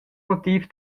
motiv